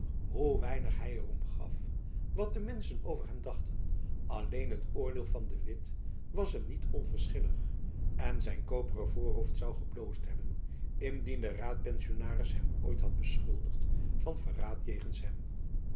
hoe weinig hy er om gaf wat de menschen over hem dachten alleen het oordeel van de witt was hem niet onverschillig en zijn koperen voorhoofd zoû gebloosd hebben indien de raadpensionaris hem ooit had beschuldigd van verraad jegens hem